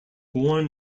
born